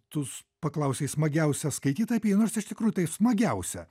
tu paklausei smagiausia skaityt apie jį iš tikrųjų tai smagiausia